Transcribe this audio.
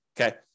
okay